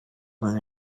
among